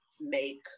make